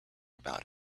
about